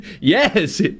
Yes